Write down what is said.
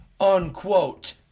Unquote